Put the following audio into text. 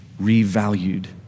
revalued